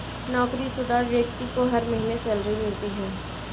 नौकरीशुदा व्यक्ति को हर महीने सैलरी मिलती है